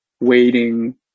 waiting